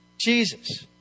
Jesus